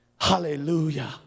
hallelujah